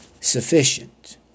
sufficient